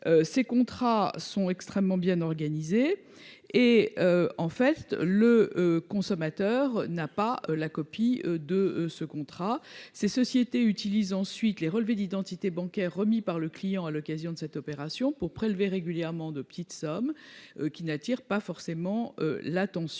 ces contrats extrêmement bien ficelés, sans qu'il lui en soit donné copie. Ces sociétés utilisent ensuite les relevés d'identité bancaire remis par le client à l'occasion de cette opération pour prélever régulièrement de petites sommes qui n'attirent pas forcément l'attention.